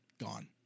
gone